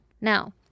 now